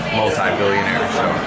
multi-billionaire